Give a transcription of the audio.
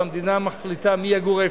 והמדינה מחליטה מי יגור איפה.